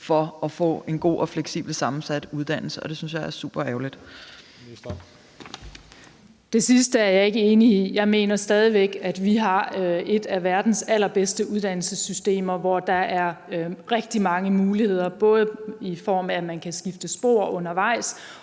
Uddannelses- og forskningsministeren (Ulla Tørnæs): Det sidste er jeg ikke enig i. Jeg mener stadig væk, at vi har et af verdens allerbedste uddannelsessystemer, hvor der er rigtig mange muligheder, både i form af at man kan skifte spor undervejs,